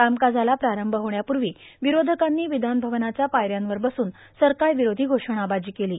कामकाजाला प्रारंभ होण्यापूर्वा विरोधकांनी विधान भवनाच्या पायऱ्यांवर बसून सरकार्रावरोधी घोषणाबाजी केलो